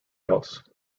else